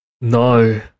No